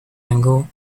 angle